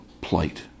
plight